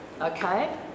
okay